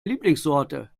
lieblingssorte